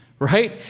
Right